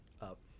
up